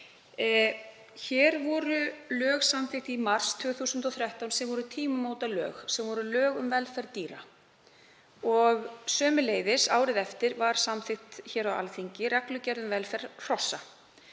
Hér voru lög samþykkt í mars 2013, sem voru tímamótalög, lög um velferð dýra. Sömuleiðis var árið eftir samþykkt á Alþingi reglugerð um velferð hrossa.